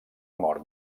mort